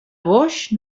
boix